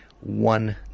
one